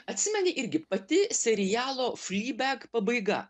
atsimeni irgi pati serialo flybeg pabaiga